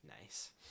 Nice